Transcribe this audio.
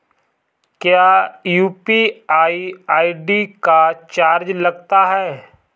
क्या UPI ID का charge लगता है?